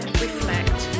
reflect